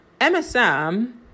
MSM